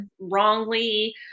wrongly